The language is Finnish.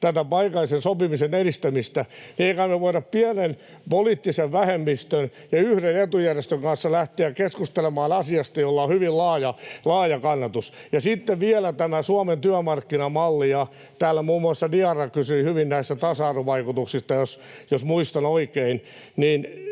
tätä paikallisen sopimisen edistämistä, niin ei kai me voida pienen poliittisen vähemmistön ja yhden etujärjestön kanssa lähteä keskustelemaan asiasta, jolla on hyvin laaja kannatus. Sitten vielä tämä Suomen työmarkkinamalli, josta täällä muun muassa Diarra kysyi hyvin tasa-arvovaikutuksista, jos muistan oikein: Se,